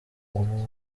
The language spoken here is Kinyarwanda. ubu